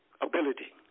ability